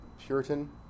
Puritan